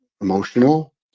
emotional